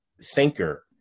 thinker